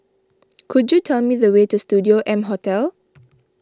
could you tell me the way to Studio M Hotel